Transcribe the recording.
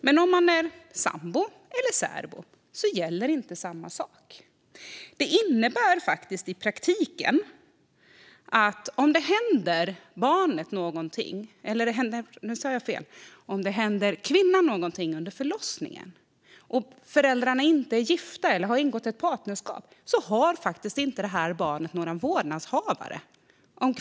Men om man är sambo eller särbo gäller inte samma sak. Det innebär faktiskt i praktiken att om det händer kvinnan någonting under förlossningen och hon dör och föräldrarna inte är gifta eller inte har ingått partnerskap har detta barn faktiskt inte några vårdnadshavare.